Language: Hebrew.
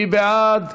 מי בעד?